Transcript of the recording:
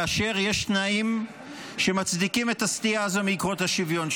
כאשר יש תנאים שמצדיקים את הסטייה הזו מעקרון השוויון.